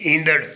ईंदड़